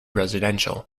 residential